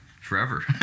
forever